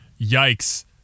yikes